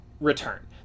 return